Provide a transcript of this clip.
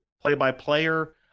play-by-player